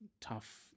tough